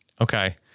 Okay